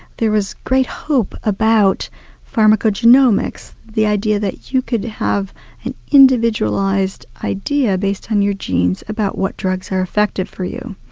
there was great hope about pharmacagenomics, the idea that you could have an individualised idea based on your genes, about what drugs are effective for you.